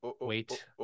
wait